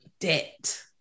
Debt